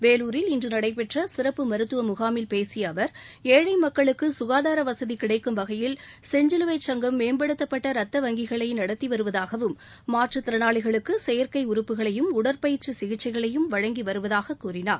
வேலூரில் இன்று நடைபெற்ற சிறப்பு மருத்துவ முகாமில் பேசிய அவர் ஏழை மக்களுக்கு சுனதார வசதி கிடைக்கும் வகையில் செஞ்சிலுவைக் சங்கம் மேம்படுத்தப்பட்ட ரத்த வங்கிகளை நடத்தி வருவதாகவும் மாற்றுத்திறனாளிகளுக்கு செயற்கை உறுப்புகளையும் உடற்பயிற்சி சிகிச்சைகளையும் வழங்கி வருவதாகக் கூறினார்